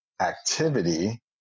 activity